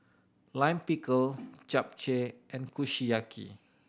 Lime Pickle Japchae and Kushiyaki